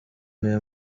niwe